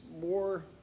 more